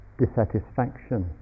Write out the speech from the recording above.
dissatisfaction